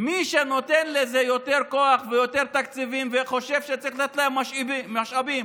מי שנותן לזה יותר כוח ויותר תקציבים וחושב שצריך לתת להם משאבים,